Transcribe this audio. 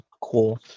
cool